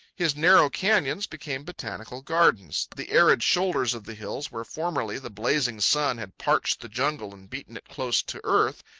his narrow canyons became botanical gardens. the arid shoulders of the hills, where formerly the blazing sun had parched the jungle and beaten it close to earth,